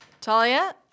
Talia